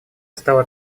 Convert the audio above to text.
стала